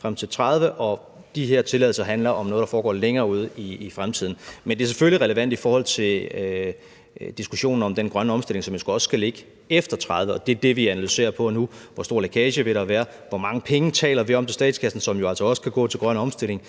frem til 2030, og de her tilladelser handler om noget, der foregår længere ude i fremtiden. Men det er selvfølgelig relevant i forhold til diskussionen om den grønne omstilling, som jo også skal ligge efter 2030, og det er det, vi analyserer på nu. Hvor stor lækage vil der være? Hvor mange penge til statskassen taler vi om, som jo altså også kan gå til grøn omstilling?